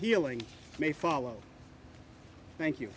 healing may follow thank you